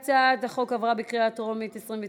להעביר את הצעת חוק פיקוח על מחירי מצרכים ושירותים (תיקון,